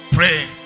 Pray